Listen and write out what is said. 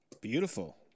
beautiful